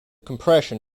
compression